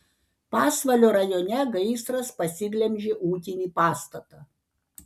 pasvalio rajone gaisras pasiglemžė ūkinį pastatą